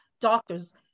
doctors